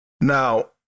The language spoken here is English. Now